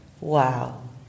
Wow